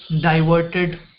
diverted